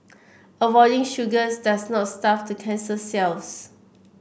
avoiding sugars does not starve the cancer cells